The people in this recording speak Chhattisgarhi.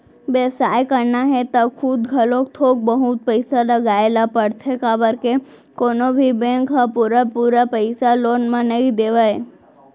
बेवसाय करना हे त खुद घलोक थोक बहुत पइसा लगाए ल परथे काबर के कोनो भी बेंक ह पुरा पुरा पइसा लोन म नइ देवय